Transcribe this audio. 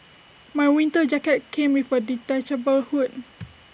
my winter jacket came with A detachable hood